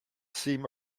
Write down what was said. seem